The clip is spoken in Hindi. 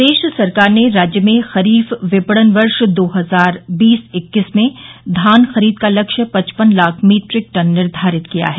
प्रदेश सरकार ने राज्य में खरीफ विपणन वर्ष दो हजार बीस इक्कीस में धान खरीद का लक्ष्य पचपन लाख मीट्रिक टन निर्धारित किया है